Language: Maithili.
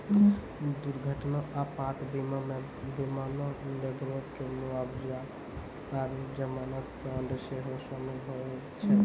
दुर्घटना आपात बीमा मे विमानो, लेबरो के मुआबजा आरु जमानत बांड सेहो शामिल होय छै